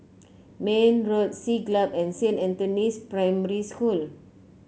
Mayne Road Siglap and Saint Anthony's Primary School